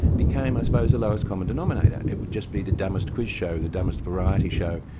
became i suppose the lowest common denominator it would just be the dumbest quiz show, the dumbest variety show,